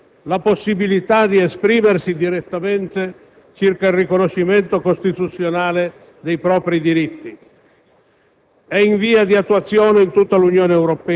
rivendicando alla cittadinanza europea la possibilità di esprimersi direttamente circa il riconoscimento costituzionale dei propri diritti.